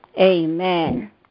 Amen